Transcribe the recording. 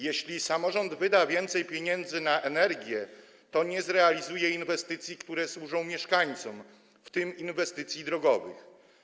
Jeśli samorząd wyda więcej pieniędzy na energię, to nie zrealizuje inwestycji, które służą mieszkańcom, w tym inwestycji drogowych.